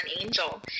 Angel